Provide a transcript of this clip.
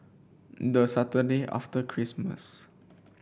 the Saturday after Christmas